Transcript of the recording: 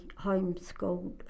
homeschooled